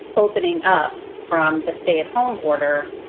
opening up from the stay at home order,